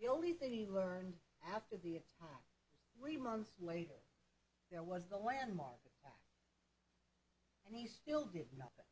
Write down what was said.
the only thing he learned after the three months later there was the landmark and he still did not